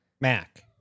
mac